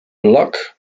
luc